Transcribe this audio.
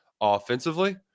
offensively